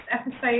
episode